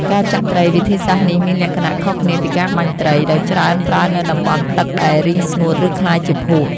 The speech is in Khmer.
ការចាក់ត្រី វិធីសាស្ត្រនេះមានលក្ខណៈខុសគ្នាពីការបាញ់ត្រី ដោយច្រើនប្រើនៅតំបន់ទឹកដែលរីងស្ងួត ឬក្លាយជាភក់។